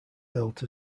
built